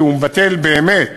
כי הוא מבטל באמת,